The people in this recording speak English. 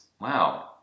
Wow